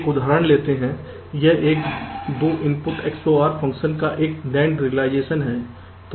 एक उदाहरण लेते हैं यह एक 2 इनपुट XOR फ़ंक्शन का एक NAND रिलाइजेशन है